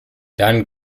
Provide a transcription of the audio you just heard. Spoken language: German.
dann